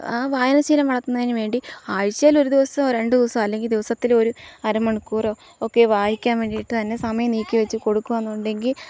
ആ വായനശീലം വളർത്തുന്നതിനുവേണ്ടി ആഴ്ചയിൽ ഒരു ദിവസമോ രണ്ടു ദിവസമോ അല്ലെങ്കില് ദിവസത്തില് ഒരു അര മണിക്കൂറോ ഒക്കെ വായിക്കാൻ വേണ്ടിയിട്ടു തന്നെ സമയം നീക്കിവച്ചുകൊടുക്കുകയാണെന്നുണ്ടെങ്കില്